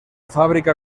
fábrica